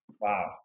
Wow